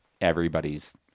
everybody's